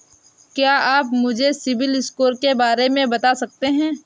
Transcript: क्या आप मुझे सिबिल स्कोर के बारे में बता सकते हैं?